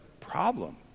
problem